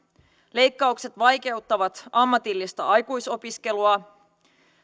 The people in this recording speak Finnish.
leikkaukset vaikeuttavat ammatillista aikuisopiskelua